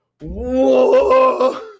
Whoa